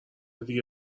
دیگه